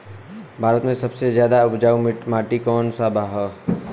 भारत मे सबसे ज्यादा उपजाऊ माटी कउन सा ह?